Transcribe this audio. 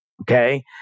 Okay